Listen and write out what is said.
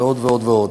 ועוד ועוד ועוד.